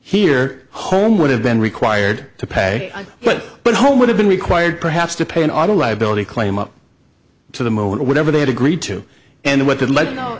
here home would have been required to pay but but home would have been required perhaps to pay an auto liability claim up to the moment whatever they had agreed to and what the